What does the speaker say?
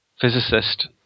physicist